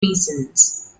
reasons